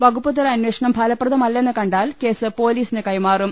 വകുപ്പുതല അന്വേ ഷണം ഫലപ്രദമല്ലെന്ന് കണ്ടാൽ കേസ് പൊലീസിന് കൈമാ റും